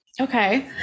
Okay